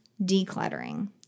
Decluttering